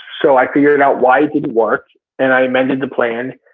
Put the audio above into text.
so i figured out why it didn't work and i amended the plan.